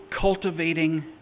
cultivating